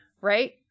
right